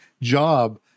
job